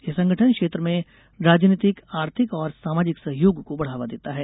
यह संगठन क्षेत्र में राजनीतिक आर्थिक और सामाजिक सहयोग को बढ़ावा देता है